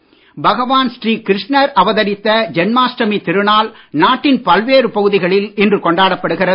ஜென்மாஷ்டமி பகவான் ஸ்ரீகிருஷ்ணர் அவதரித்த ஜென்மாஷ்டமி திருநாள் நாட்டின் பல்வேறு பகுதிகளில் இன்று கொண்டாடப் படுகிறது